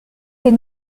des